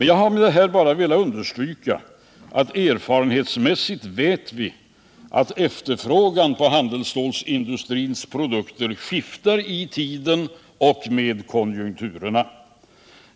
Jag har med det här bara velat understryka att erfarenhetsmässigt vet vi att efterfrågan på handelsstålsindustrins produkter skiftar i tiden och med konjunkturerna.